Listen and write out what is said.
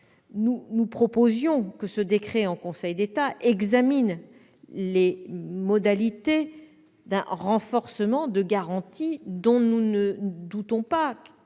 nous proposions que ce décret en Conseil d'État examine les modalités d'un renforcement de garanties, dont nous ne doutons pas